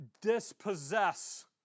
dispossess